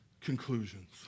conclusions